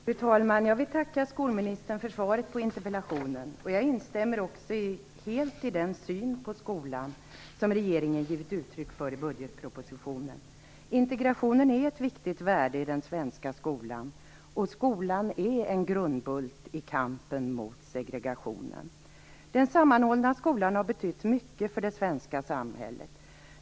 Fru talman! Jag vill tacka skolministern för svaret på interpellationen. Jag instämmer också helt i den syn på skolan som regeringen givit uttryck för i budgetpropositionen. Integrationen är ett viktigt värde i den svenska skolan, och skolan är en grundbult i kampen mot segregationen. Den sammanhållna skolan har betytt mycket för det svenska samhället.